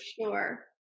sure